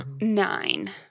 Nine